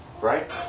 right